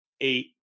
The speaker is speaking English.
eight